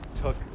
Took